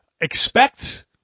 Expect